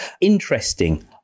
interesting